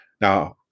Now